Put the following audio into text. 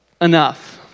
enough